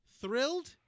thrilled